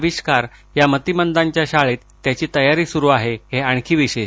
आविष्कार या मतिमदाच्या शाळेत त्याची तयारी सुरू आहे हे आणखी विशेष